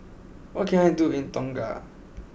what can I do in Tonga